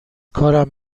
کارم